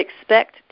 expect